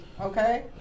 Okay